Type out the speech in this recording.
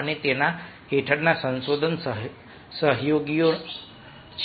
અને તેના હેઠળના સંશોધન સહયોગીઓ છે